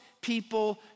people